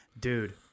Dude